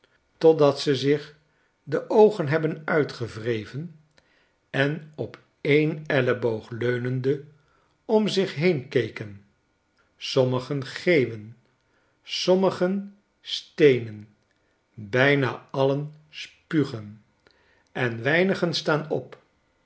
totdat ze zich de oogen hebben uitgewreven en op en elleboog leunende om zich heen keken sommigen geeuwen sommigen stenen bijna alien spugen en weinigen staan op